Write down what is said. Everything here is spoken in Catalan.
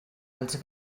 els